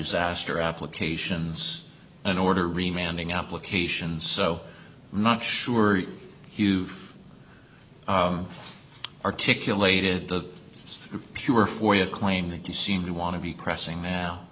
disaster applications in order re manning applications so i'm not sure you've articulated the pure for your claim that you seem to want to be pressing now